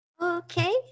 Okay